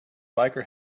biker